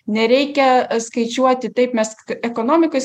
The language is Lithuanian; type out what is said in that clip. nereikia skaičiuoti taip mesk ekonomikos